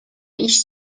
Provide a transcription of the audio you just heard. iść